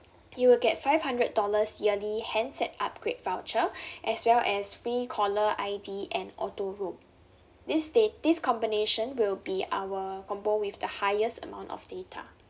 you will get five hundred dollars yearly handset upgrade voucher as well as free caller I_D and auto roam this da~ this combination will be our combo with the highest amount of data